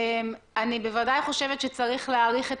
אני בוודאי חושבת שצריך להאריך את